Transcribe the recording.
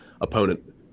opponent